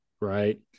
right